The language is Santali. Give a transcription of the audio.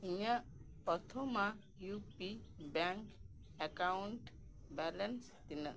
ᱤᱧᱟᱹᱜ ᱯᱨᱚᱛᱷᱚᱢᱟ U P bank account balance ᱛᱤᱱᱟᱹᱜ